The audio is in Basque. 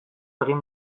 egin